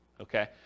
okay